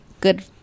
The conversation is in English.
good